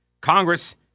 Congress